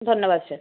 ধন্যবাদ স্যার